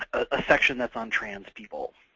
a section that's on trans people.